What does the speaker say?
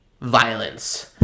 violence